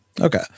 Okay